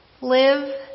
live